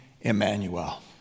Emmanuel